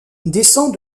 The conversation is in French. descend